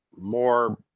more